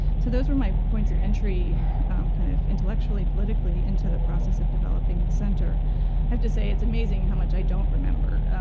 so those were my points of entry kind of intellectually, politically into the process of developing the center. i have to say, it's amazing how much i don't remember.